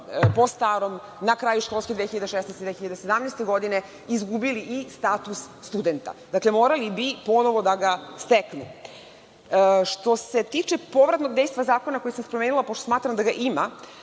po starom, na kraju školske 2016/2017. godine izgubili i status studenta. Dakle, morali bi ponovo da ga steknu. Što se tiče povratnog dejstava zakona koji sam pomenula, pošto smatram da ga ima,